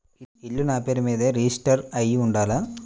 ఇల్లు నాపేరు మీదే రిజిస్టర్ అయ్యి ఉండాల?